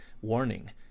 warning